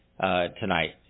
tonight